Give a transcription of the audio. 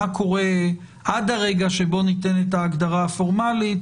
של המושג הזה מה קורה עד הרגע שבו ניתנת ההגדרה הפורמלית.